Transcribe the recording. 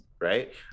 right